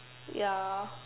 ya